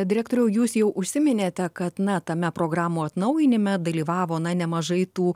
direktoriau jūs jau užsiminėte kad na tame programų atnaujinime dalyvavo na nemažai tų